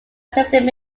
sephardic